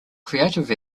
creative